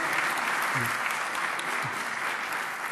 (מחיאות כפיים)